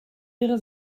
wäre